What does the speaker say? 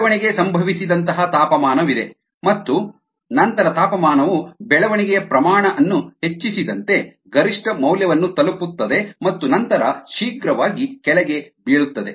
ಬೆಳವಣಿಗೆ ಸಂಭವಿಸದಂತಹ ತಾಪಮಾನವಿದೆ ಮತ್ತು ನಂತರ ತಾಪಮಾನವು ಬೆಳವಣಿಗೆಯ ಪ್ರಮಾಣ ಅನ್ನು ಹೆಚ್ಚಿಸಿದಂತೆ ಗರಿಷ್ಠ ಮೌಲ್ಯವನ್ನು ತಲುಪುತ್ತದೆ ಮತ್ತು ನಂತರ ಶೀಘ್ರವಾಗಿ ಕೆಳಗೆ ಬೀಳುತ್ತದೆ